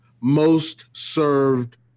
most-served